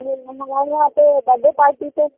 नहीं हमारे यहाँ तो बड्डे पार्टी तो